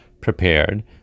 prepared